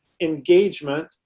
engagement